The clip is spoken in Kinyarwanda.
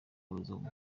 w’abazungu